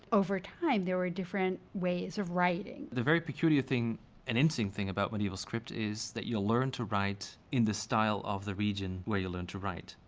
over time there were different ways of writing. the very peculiar thing and interesting thing about medieval script is that you learn to write in the style of the region where you learned to write.